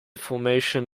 formation